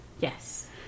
Yes